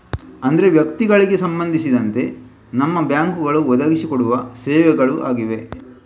ಅಂದ್ರೆ ವ್ಯಕ್ತಿಗಳಿಗೆ ಸಂಬಂಧಿಸಿದಂತೆ ನಮ್ಮ ಬ್ಯಾಂಕುಗಳು ಒದಗಿಸಿ ಕೊಡುವ ಸೇವೆಗಳು ಆಗಿವೆ